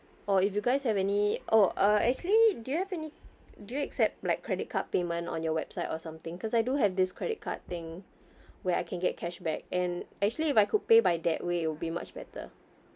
or if you guys have any oh uh actually do you have any do you accept like credit card payment on your website or something because I do have this credit card thing where I can get cashback and actually if I could pay by that way it will be much better